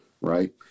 Right